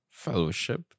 fellowship